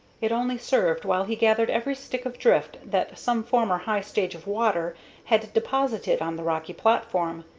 it only served while he gathered every stick of drift that some former high stage of water had deposited on the rocky platform,